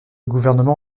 gouvernement